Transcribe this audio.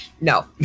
no